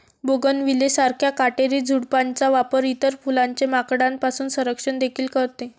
bougainvillea सारख्या काटेरी झुडपांचा वापर इतर फुलांचे माकडांपासून संरक्षण देखील करते